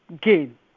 gain